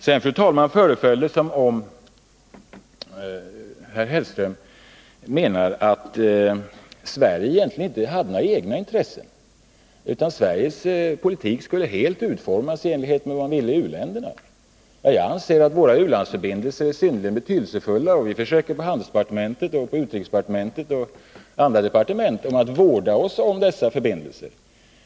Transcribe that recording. Det föreföll som om herr Hellström menade att Sverige egentligen inte hade några egna intressen — Sveriges politik skulle utformas helt i enlighet med vad man ville i u-länderna. Jag anser att våra u-landsförbindelser är synnerligen betydelsefulla, och vi försöker inom handelsdepartementet, utrikesdepartementet och andra departement att vårda oss om dessa förbindelser.